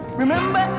Remember